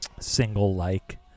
single-like